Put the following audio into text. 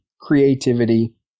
creativity